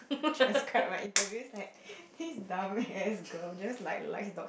transcribe my interview is like this dumb ass girl just like likes dogs